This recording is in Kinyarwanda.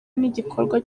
n’igikorwa